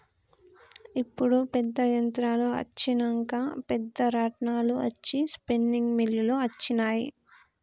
ఇప్పుడు పెద్ద యంత్రాలు అచ్చినంక పెద్ద రాట్నాలు అచ్చి స్పిన్నింగ్ మిల్లులు అచ్చినాయి